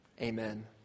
Amen